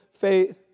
faith